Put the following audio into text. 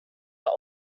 are